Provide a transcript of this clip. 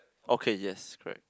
okay yes correct